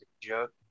joke